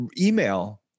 email